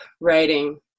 writing